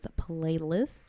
playlist